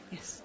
Yes